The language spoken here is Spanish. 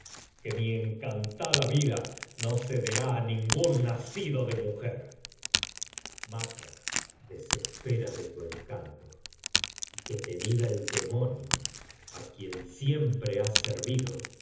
que mi encantada vida no cederá á ningún nacido de mujer macd desespera de tu encanto y que te diga el demonio á quien siempre has servido